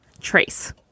trace